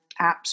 apps